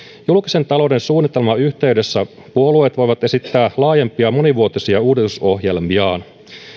julkisen talouden suunnitelman yhteydessä puolueet voivat esittää laajempia monivuotisia uudistusohjelmiaan